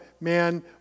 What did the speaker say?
man